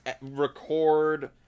record